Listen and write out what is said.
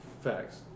Facts